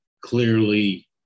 clearly